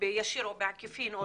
באופן ישיר או בעקיפין.